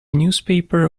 newspaper